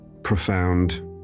profound